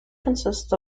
consists